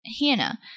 Hannah